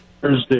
Thursday